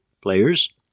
players